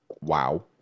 Wow